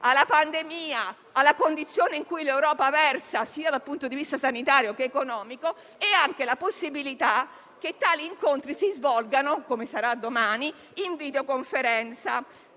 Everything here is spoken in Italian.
della pandemia, della condizione in cui l'Europa versa sia dal punto di vista sanitario che economico, dall'altro, anche per la possibilità che tali incontri si svolgano, come sarà domani, in videoconferenza.